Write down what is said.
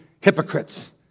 hypocrites